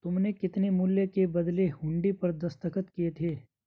तुमने कितने मूल्य के बदले हुंडी पर दस्तखत किए थे?